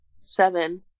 Seven